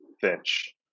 Finch